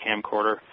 camcorder